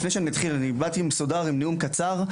לפני שאני אתחיל, אני באתי מסודר עם קצר.